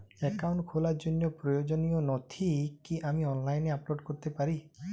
Account খোলার জন্য প্রয়োজনীয় নথি কি আমি অনলাইনে আপলোড করতে পারি?